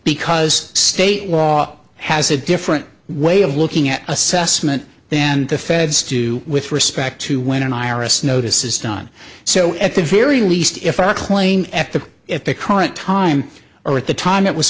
because state law has a different way of looking at assessment then the feds do with respect to when an iris notice is done so at the very least if a claim if the if the current time or at the time it was